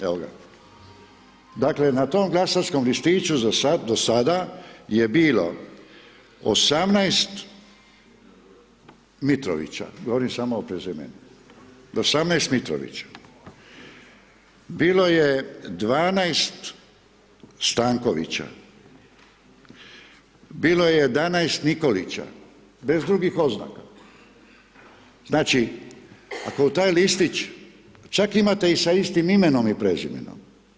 Evo ga, dakle na tom glasačkom listiću do sada je bilo 18 Mitrovića, govorim samo o prezimenima, 18 Mitrovića, bilo je 12 Stankovića, bilo je 11 Nikolića, bez drugih oznaka, znači ako u taj listić, čak imate i sa istim imenom i prezimenom.